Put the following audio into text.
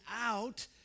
out